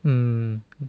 mm